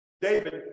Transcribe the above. David